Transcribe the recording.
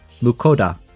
Mukoda